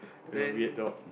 don't know weird dog